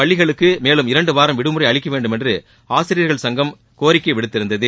பள்ளிகளுக்கு மேலும் இரண்டு வாரம் விடுமுறை அளிக்க வேண்டுமென்று ஆசிரியர்கள் சங்கம் கோரிக்கை விடுத்திருந்தது